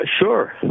sure